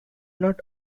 not